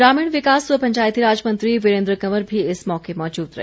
ग्रामीण विकास व पंचायती राज मंत्री वीरेन्द्र कंवर भी इस मौके मौजूद रहे